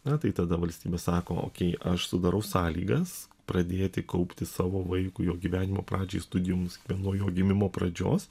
na tai tada valstybė sako okei aš sudarau sąlygas pradėti kaupti savo vaikui jo gyvenimo pradžiai studijoms vien nuo jo gimimo pradžios